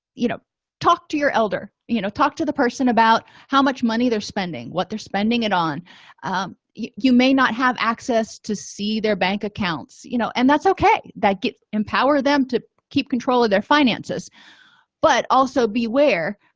you know talk to your elder you know talk to the person about how much money they're spending what they're spending it on you may not have access to see their bank accounts you know and that's okay that gets empower them to keep control of their finances but also beware